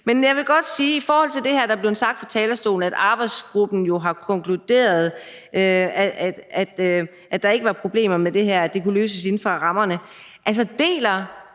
Men jeg vil godt i forhold til det, der er blevet sagt fra talerstolen, altså at arbejdsgruppen jo har konkluderet, at der ikke var problemer med det her, og at det kunne løses inden for rammerne, spørge,